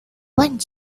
wang